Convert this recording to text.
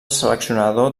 seleccionador